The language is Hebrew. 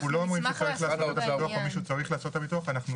אנחנו לא אומרים שצריך לעשות או מישהו צריך לעשות את הביטוח.